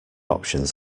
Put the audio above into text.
options